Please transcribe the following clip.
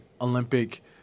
Olympic